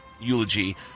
eulogy